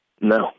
No